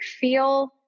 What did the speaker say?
feel